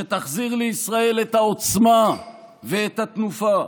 שתחזיר לישראל את העוצמה ואת התנופה,